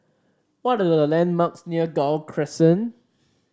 what are the landmarks near Gul Crescent